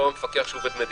לא המפקח שהוא עובד מדינה,